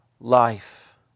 life